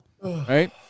right